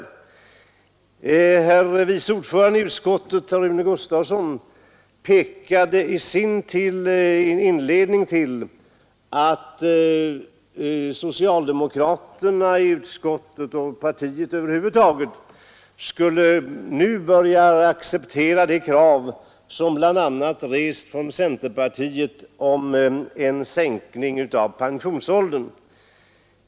Utskottets vice ordförande, herr Gustavsson i Alvesta, pekade i inledningen till sitt anförande på att socialdem okraterna börjar acceptera de krav som rests bl.a. från centerpartiet om en sänkning av pensionsåldern.